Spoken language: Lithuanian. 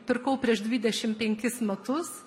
pirkau prieš dvidešim penkis metus